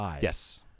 Yes